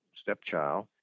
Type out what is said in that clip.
stepchild